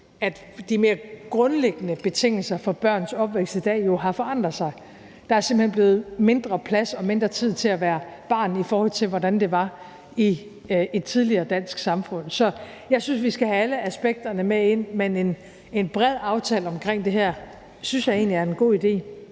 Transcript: at de mere grundlæggende betingelser for børns opvækst i dag jo har forandret sig: Der er simpelt hen blevet mindre plads og mindre tid til at være barn, i forhold til hvordan det var i et tidligere dansk samfund. Så jeg synes, vi skal have alle aspekterne med ind, men en bred aftale om det her synes jeg egentlig er en god idé.